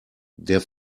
der